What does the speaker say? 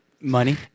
Money